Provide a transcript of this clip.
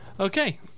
Okay